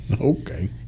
Okay